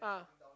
ah